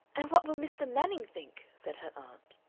and what will mr. manning think? said her aunt.